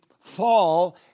fall